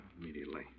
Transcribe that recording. immediately